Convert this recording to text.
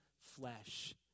flesh